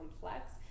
complex